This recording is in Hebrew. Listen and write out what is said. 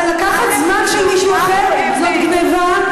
אבל לקחת זמן של מישהו אחר זאת גנבה,